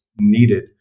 needed